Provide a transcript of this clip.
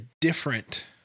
different